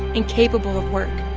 incapable of work,